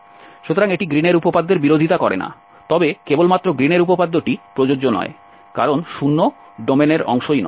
সুতরাং এটি গ্রীনের উপপাদ্যের বিরোধিতা করে না তবে কেবলমাত্র গ্রীনের উপপাদ্যটি প্রযোজ্য নয় কারণ 0 ডোমেনের অংশ নয়